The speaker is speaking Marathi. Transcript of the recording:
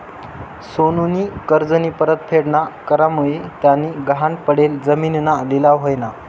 सोनूनी कर्जनी परतफेड ना करामुये त्यानी गहाण पडेल जिमीनना लिलाव व्हयना